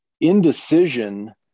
indecision